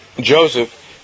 joseph